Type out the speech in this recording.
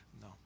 No